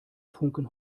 funken